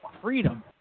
freedom